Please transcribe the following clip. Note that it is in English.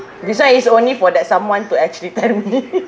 this [one] is only for that someone to actually tell me